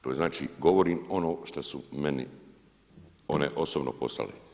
To znači govorim ono što su meni one osobno poslale.